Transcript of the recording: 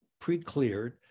pre-cleared